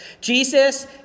Jesus